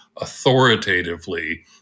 authoritatively